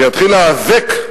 ויתחיל להיאבק,